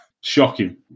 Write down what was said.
Shocking